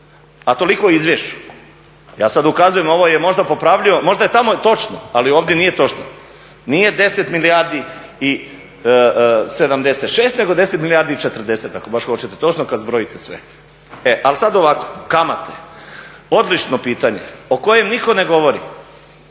a toliko o izvješću. Ja sada ukazujem ovo je možda popravljivo, možda je tamo točno ali ovdje nije točno. Nije 10 milijardi i 76 nego 10 milijardi i 40 ako baš hoćete točno kada zbrojite sve. Ali sada ovako, kamate, odlično pitanje o kojem niko ne govori.